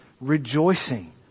rejoicing